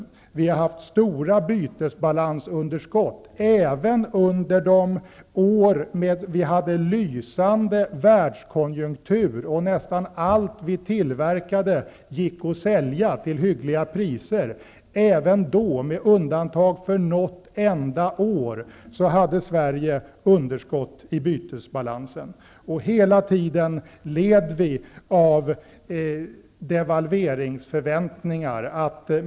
Sverige har haft stora bytesbalansunderskott, även under de år världskonjunkturen var lysande och nästan allt som tillverkades gick att sälja till hyggliga priser. Även då, med undantag för något enda år, hade Sverige underskott i bytesbalansen. Hela tiden led landet under förväntningar om devalvering.